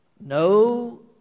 No